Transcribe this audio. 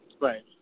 right